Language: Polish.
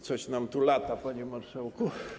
Coś nam tu lata, panie marszałku.